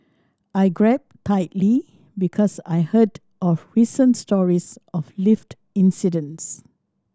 I grabbed tightly because I heard of recent stories of lift incidents